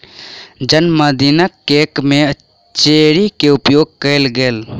जनमदिनक केक में चेरी के उपयोग कएल गेल